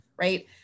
right